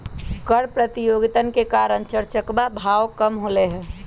कर प्रतियोगितवन के कारण चर चकवा के भाव कम होलय है